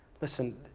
Listen